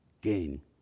gain